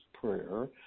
prayer